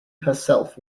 herself